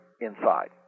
inside